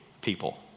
people